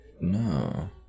No